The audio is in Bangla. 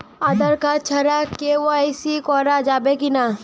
আঁধার কার্ড ছাড়া কে.ওয়াই.সি করা যাবে কি না?